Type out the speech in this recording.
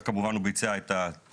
אחר כך כמובן הוא ביצע את הפעולות.